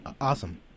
awesome